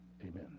Amen